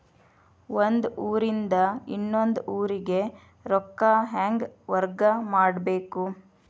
ಒಂದ್ ಊರಿಂದ ಇನ್ನೊಂದ ಊರಿಗೆ ರೊಕ್ಕಾ ಹೆಂಗ್ ವರ್ಗಾ ಮಾಡ್ಬೇಕು?